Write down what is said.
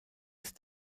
ist